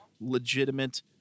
legitimate